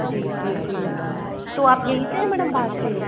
जी जी जी मैडम तो आप यहीं से है मैडम या बाहर से है